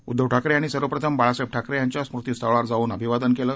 उद्धव ठाकरे यांनी सर्वप्रथम बाळासाहेब ठाकरे यांच्या स्मृतीस्थळावर जाऊन अभिवादन केलं